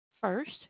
First